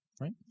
right